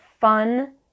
fun